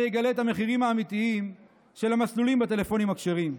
יגלה את המחירים האמיתיים של המסלולים בטלפונים הכשרים.